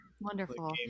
Wonderful